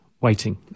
waiting